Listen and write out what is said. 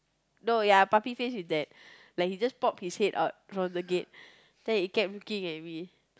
no ya puppy face with that like he just pop his face out from the gate then he kept looking at me